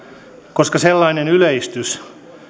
koska sellainen yleistys